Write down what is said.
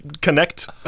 connect